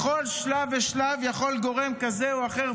בכל שלב ושלב יכול גורם כזה או אחר,